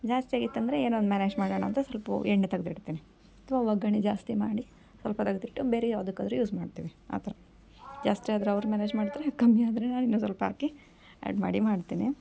ಜಾಸ್ತಿ ಆಗೈತಂದರೆ ಏನೋ ಒಂದು ಮ್ಯಾನೇಜ್ ಮಾಡೋಣ ಅಂತ ಸಲ್ಪ ಎಣ್ಣೆ ತಗ್ದು ಇಡ್ತೀನಿ ಅಥ್ವಾ ಒಗ್ಗರಣೆ ಜಾಸ್ತಿ ಮಾಡಿ ಸ್ವಲ್ಪ ತೆಗ್ದಿಟ್ಟು ಬೇರೆ ಯಾವುದಕ್ಕಾದ್ರು ಯೂಸ್ ಮಾಡ್ತೀವಿ ಆ ಥರ ಜಾಸ್ತಿ ಆದರೆ ಅವ್ರು ಮ್ಯಾನೇಜ್ ಮಾಡ್ತಾರೆ ಕಮ್ಮಿ ಆದರೆ ಇನ್ನೊಂದು ಸ್ವಲ್ಪ ಹಾಕಿ ಆ್ಯಡ್ ಮಾಡಿ ಮಾಡ್ತೀನಿ